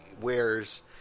wears